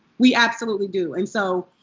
we absolutely do. and so